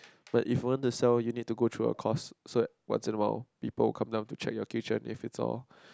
but if you want to sell you need to go through a course so what's about people come down to check your kitchen if it's all